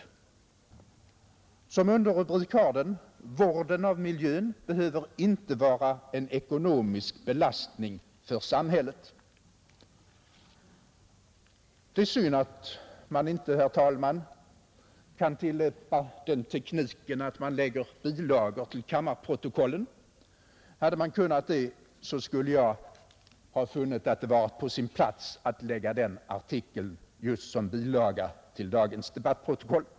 Den har följande underrubrik: ”Vården av miljön behöver inte vara en ekonomisk belastning för samhället.” Det är synd att man inte, herr talman, kan tillämpa den tekniken att man lägger bilagor till kammarprotokollen. Hade man kunnat det, skulle jag ha funnit att det var på sin plats att lägga den artikeln som bilaga till dagens debattprotokoll.